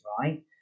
right